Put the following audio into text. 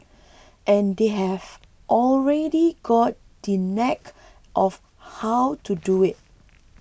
and they have already got the knack of how to do it